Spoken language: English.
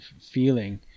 feeling